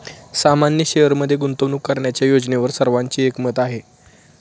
सामान्य शेअरमध्ये गुंतवणूक करण्याच्या योजनेवर सर्वांचे एकमत आहे